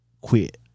quit